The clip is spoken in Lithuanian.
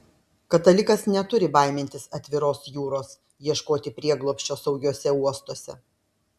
katalikas neturi baimintis atviros jūros ieškoti prieglobsčio saugiuose uostuose